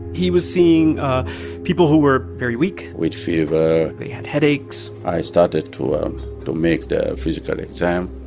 he was seeing ah people who were very weak with fever. they had headaches i started to um to make the physical exam,